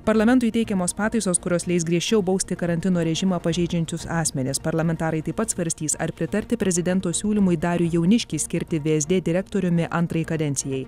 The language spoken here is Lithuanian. parlamentui teikiamos pataisos kurios leis griežčiau bausti karantino režimą pažeidžiančius asmenis parlamentarai taip pat svarstys ar pritarti prezidento siūlymui darių jauniškį skirti vsd direktoriumi antrai kadencijai